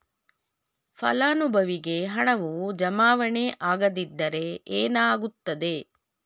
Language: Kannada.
ಫಲಾನುಭವಿಗೆ ಹಣವು ಜಮಾವಣೆ ಆಗದಿದ್ದರೆ ಏನಾಗುತ್ತದೆ?